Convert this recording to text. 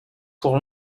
pour